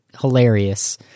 hilarious